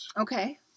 Okay